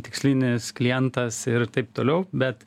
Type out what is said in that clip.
tikslinis klientas ir taip toliau bet